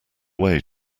way